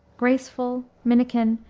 graceful, minikin,